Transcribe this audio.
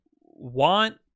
want